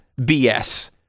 BS